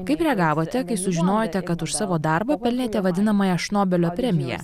kaip reagavote kai sužinojote kad už savo darbą pelnėte vadinamąją šnobelio premiją